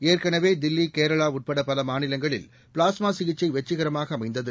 ஏற்கனவே தில்லி கேரளா உட்பட பல மாநிலங்களில் பிளாஸ்மா சிகிச்சை வெற்றிகரமாக அமைந்தது